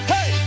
Hey